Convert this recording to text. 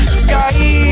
sky